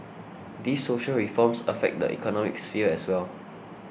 these social reforms affect the economic sphere as well